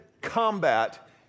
combat